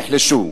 נחלשו.